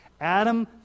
Adam